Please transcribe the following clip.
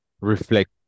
reflect